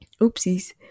oopsies